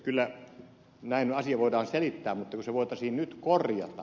kyllä näin asia voidaan selittää mutta se voitaisiin nyt korjata